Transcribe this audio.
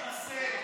גזען מתנשא.